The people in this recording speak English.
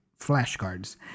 flashcards